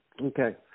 Okay